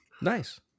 Nice